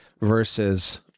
versus